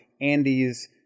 Andy's